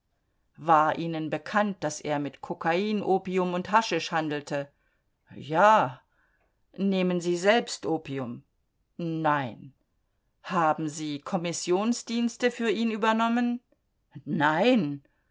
war ihnen bekannt daß er mit kokain opium und haschisch handelte ja nehmen sie selbst opium nein haben sie kommissionsdienste für ihn übernommen nein